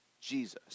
Jesus